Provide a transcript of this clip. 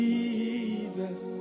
Jesus